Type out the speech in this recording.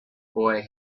boy